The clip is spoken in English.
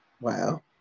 wow